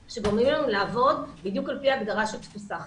שגורמים לנו לעבוד בדיוק על פי ההגדרה של תפוסה חלקית.